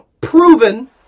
proven